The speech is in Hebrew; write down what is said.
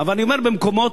אבל אני אומר: במקומות,